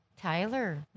Tyler